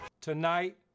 tonight